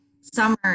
summer